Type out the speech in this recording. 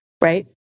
right